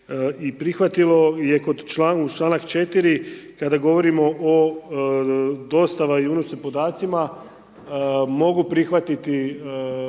prihvatilo je kod uz članak 4. kada govorimo o dostava i unošenju podacima mogu prihvatiti